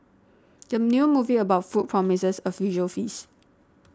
the new movie about food promises a visual feast